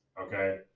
Okay